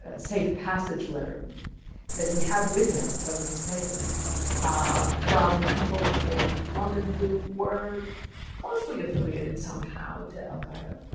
ah safe passage letter that he had with him when he was taken from people in london who were closely affiliated somehow to al qaeda.